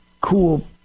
cool